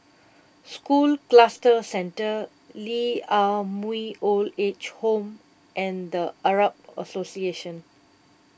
School Cluster Centre Lee Ah Mooi Old Age Home and the Arab Association